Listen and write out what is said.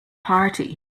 party